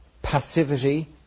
passivity